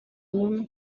ubumwe